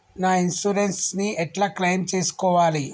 నా ఇన్సూరెన్స్ ని ఎట్ల క్లెయిమ్ చేస్కోవాలి?